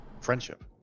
Friendship